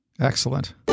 excellent